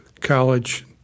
college